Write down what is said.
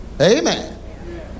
Amen